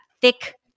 thick